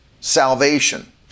salvation